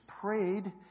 prayed